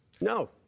No